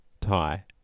tie